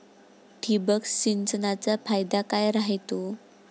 ठिबक सिंचनचा फायदा काय राह्यतो?